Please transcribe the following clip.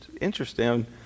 interesting